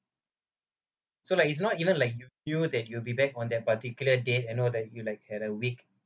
so like it's not even like you feel that you will be back on that particular date and know that you like had a week